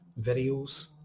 videos